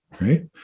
Right